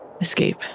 Escape